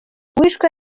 uwishwe